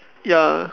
ya